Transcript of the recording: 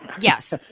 Yes